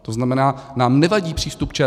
To znamená, nám nevadí přístup ČTÚ.